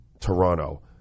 Toronto